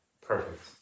Perfect